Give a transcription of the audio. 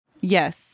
Yes